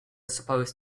supposed